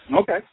okay